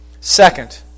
Second